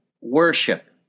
worship